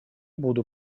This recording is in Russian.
буду